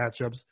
matchups